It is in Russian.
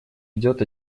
идет